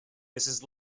mrs